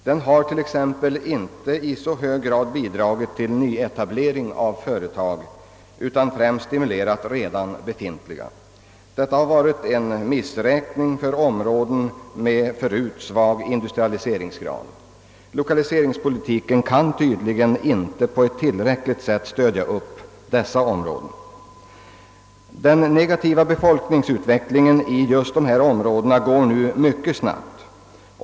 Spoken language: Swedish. Den har t.ex. inte i så hög grad bidragit till nyetablering av företag, utan främst stimulerat redan befintliga. Detta har varit en missräkning för områden med förut svag industrialiseringsgrad. Lokaliseringspolitiken kan tydligen inte på ett tillräckligt sätt stödja dessa områden. Den negativa befolkningsutvecklingen i just dessa områden går nu mycket snabbt.